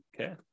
Okay